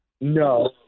No